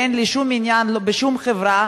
ואין לי שום עניין בשום חברה,